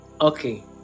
okay